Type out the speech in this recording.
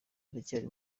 buracyari